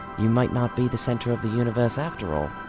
you might not be the center of the universe after all